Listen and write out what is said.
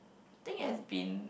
I think iit has been